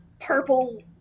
purple